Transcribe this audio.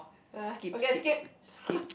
ya okay skip